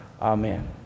Amen